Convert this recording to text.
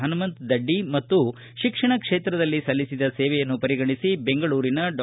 ಪಣಮಂತ ದಡ್ಡಿ ಮತ್ತು ಶಿಕ್ಷಣ ಕ್ಷೇತ್ರದಲ್ಲಿ ಸಲ್ಲಿಸಿದ ಸೇವೆಯನ್ನು ಪರಿಗಣಿಸಿ ಬೆಂಗಳೂರಿನ ಡಾ